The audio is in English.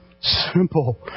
Simple